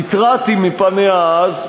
התרעתי עליה אז,